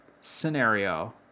scenario